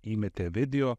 įmetė video